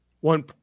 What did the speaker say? One